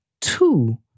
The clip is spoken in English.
two